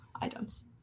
items